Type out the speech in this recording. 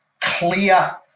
clear